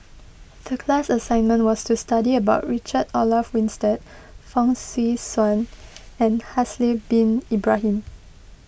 the class assignment was to study about Richard Olaf Winstedt Fong Swee Suan and Haslir Bin Ibrahim